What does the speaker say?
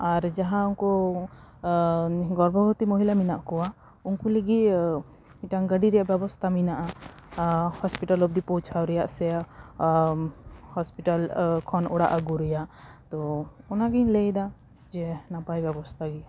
ᱟᱨ ᱡᱟᱦᱟᱸ ᱩᱱᱠᱩ ᱜᱚᱨᱵᱚᱵᱚᱛᱤ ᱢᱚᱦᱤᱞᱟ ᱢᱮᱱᱟᱜ ᱠᱚᱣᱟ ᱩᱱᱠᱩ ᱞᱟᱹᱜᱤᱫ ᱢᱤᱫᱴᱟᱝ ᱜᱟᱹᱰᱤ ᱨᱮᱭᱟᱜ ᱵᱮᱵᱚᱥᱛᱟ ᱢᱮᱱᱟᱜᱼᱟ ᱦᱚᱥᱯᱤᱴᱟᱞ ᱚᱵᱫᱤ ᱯᱳᱣᱪᱷᱟᱣ ᱨᱮᱭᱟᱜ ᱥᱮ ᱦᱚᱥᱯᱤᱴᱟᱞ ᱠᱷᱚᱱ ᱚᱲᱟᱜ ᱟᱹᱜᱩ ᱨᱮᱭᱟᱜ ᱛᱚ ᱚᱱᱟᱜᱮᱧ ᱞᱟᱹᱭ ᱮᱫᱟ ᱡᱮ ᱱᱟᱯᱟᱭ ᱵᱮᱵᱚᱥᱛᱟᱜᱮᱭᱟ